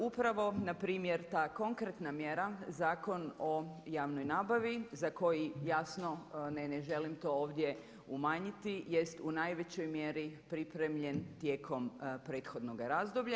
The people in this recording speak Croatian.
Upravo na primjer ta konkretna mjera Zakon o javnoj nabavi za koji jasno ne, ne želim to ovdje umanjiti jest u najvećoj mjeri pripremljen tijekom prethodnoga razdoblja.